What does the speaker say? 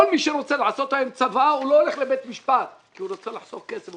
כל מי שרוצה לעשות היום צוואה לא הולך לבית משפט כי הוא רוצה לחסוך כסף,